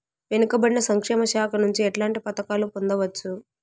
వెనుక పడిన సంక్షేమ శాఖ నుంచి ఎట్లాంటి పథకాలు పొందవచ్చు?